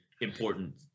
important